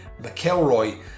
McElroy